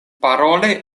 paroli